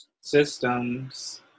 systems